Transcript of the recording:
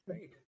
Right